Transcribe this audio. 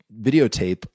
videotape